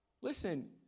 Listen